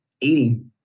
eating